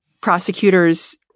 prosecutors